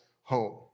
home